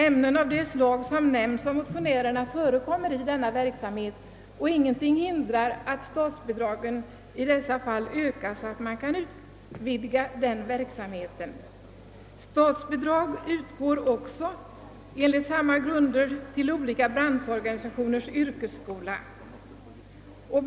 Ämnen av det slag som nämns av motionärerna förekommer i denna verksamhet och ingenting hindrar, att antalet sådana föreläsningar ökar.» Statsbidrag utgår också enligt samma grunder till olika branschorganisationers yrkesskolor.